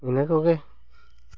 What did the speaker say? ᱤᱱᱟᱹ ᱠᱚ ᱜᱮ